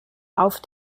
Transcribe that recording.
auf